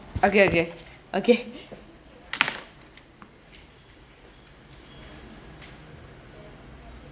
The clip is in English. okay okay okay